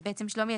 --- שלומי,